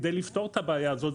כדי לפתור את הבעיה הזאת,